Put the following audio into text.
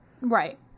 Right